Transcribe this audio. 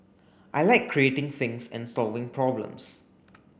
I like creating things and solving problems